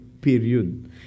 Period